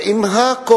זה עם הכול.